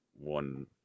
one